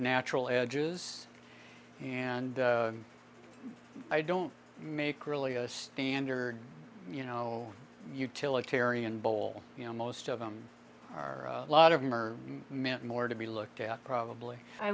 natural edges and i don't make really a standard you know utilitarian bowl you know most of them are a lot of them are meant more to be looked at probably i